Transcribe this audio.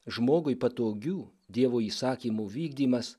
žmogui patogių dievo įsakymų vykdymas